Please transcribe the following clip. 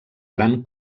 gran